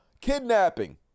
kidnapping